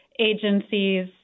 agencies